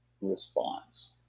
response